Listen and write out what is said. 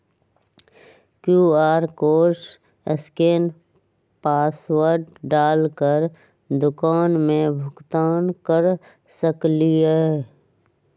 QR code scan password डाल कर दुकान में भुगतान कर सकलीहल?